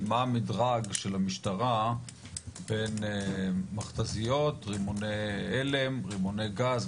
מה המדרג של המשטרה בין מכת"זיות רימוני הלם רימוני גז,